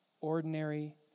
ordinary